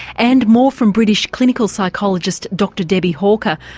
and more from british clinical psychologist dr debbie hawker.